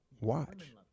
watch